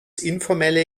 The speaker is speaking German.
informelle